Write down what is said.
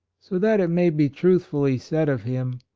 so that it may be truthfully said of him,